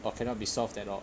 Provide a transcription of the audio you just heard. or cannot be solved at all